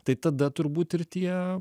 tai tada turbūt ir tie